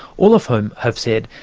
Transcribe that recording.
all of whom have said,